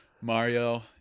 Mario